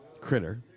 critter